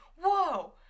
whoa